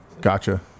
Gotcha